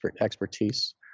expertise